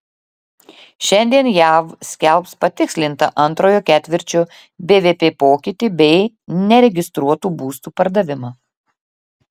šiandien jav skelbs patikslintą antrojo ketvirčio bvp pokytį bei neregistruotų būstų pardavimą